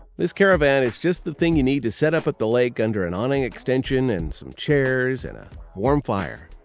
this caravan is just the thing you need to set up at the lake under an awning extension, and some chairs, and a warm fire.